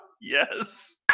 Yes